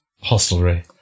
hostelry